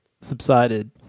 subsided